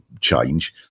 change